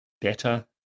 better